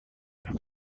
par